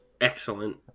Excellent